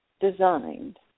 designed